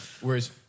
Whereas